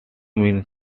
mean